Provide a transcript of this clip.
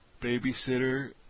babysitter